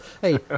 Hey